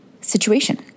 situation